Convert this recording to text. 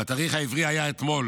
והתאריך העברי היה אתמול